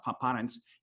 parents